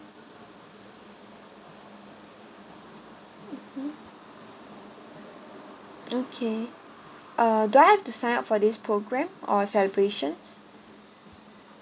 mmhmm okay uh do I have to sign up for this program or celebrations